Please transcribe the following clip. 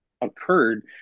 occurred